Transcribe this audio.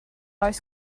oes